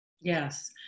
Yes